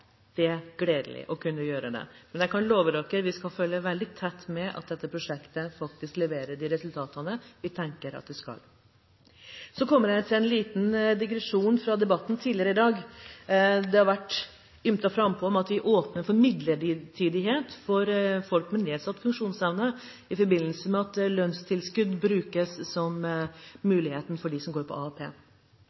Det er gledelig å kunne gjøre det. Men jeg kan love dere at vi skal følge veldig tett med på at dette prosjektet faktisk leverer de resultatene vi tenker at det skal ha. Så kommer jeg til en liten digresjon når det gjelder debatten tidligere i dag. Det har vært ymtet frampå om at vi åpner for midlertidighet for folk med nedsatt funksjonsevne i forbindelse med at lønnstilskudd brukes som en mulighet for dem som går på arbeidsavklaringspenger, AAP.